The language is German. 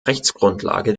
rechtsgrundlage